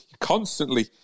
constantly